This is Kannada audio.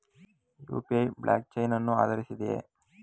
ಯು.ಪಿ.ಐ ಬ್ಲಾಕ್ ಚೈನ್ ಅನ್ನು ಆಧರಿಸಿದೆಯೇ?